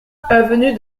avenue